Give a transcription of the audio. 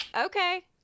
Okay